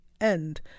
end